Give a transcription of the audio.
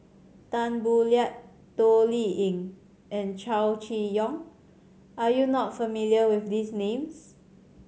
Tan Boo Liat Toh Liying and Chow Chee Yong are you not familiar with these names